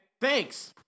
Thanks